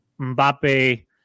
Mbappe